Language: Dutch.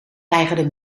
weigerde